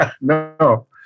No